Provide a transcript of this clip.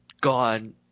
gone